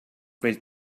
quel